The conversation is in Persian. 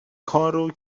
کارو